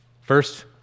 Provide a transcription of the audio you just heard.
First